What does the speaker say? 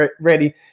ready